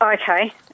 Okay